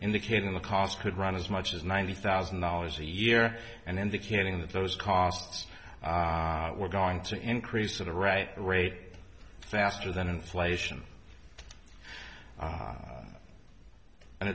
indicating the cost could run as much as ninety thousand dollars a year and indicating that those costs were going to increase at the right rate faster than inflation